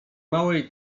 małej